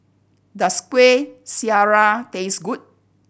does Kueh Syara taste good